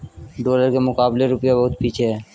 dollar के मुकाबले रूपया बहुत पीछे है